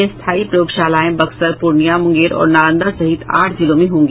ये स्थायी प्रयोगशालाएं बक्सर पूर्णिया मूंगेर और नालंदा सहित आठ जिलों में होंगी